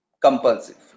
compulsive